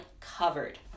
covered